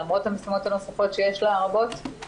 למרות המשימות הנוספות הרבות שיש לה,